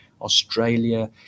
Australia